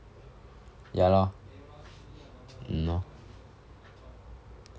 ya lor mm lor